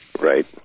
Right